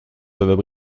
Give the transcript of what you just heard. peuvent